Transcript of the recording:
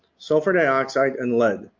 sulfur dioxide and lead.